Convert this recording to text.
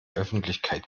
öffentlichkeit